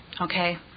okay